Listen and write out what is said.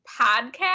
podcast